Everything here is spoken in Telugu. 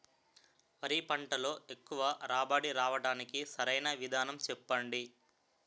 వరి పంటలో ఎక్కువ రాబడి రావటానికి సరైన విధానం చెప్పండి?